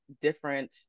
different